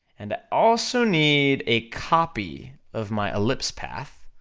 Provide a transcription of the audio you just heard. and i also need a copy of my ellipse path,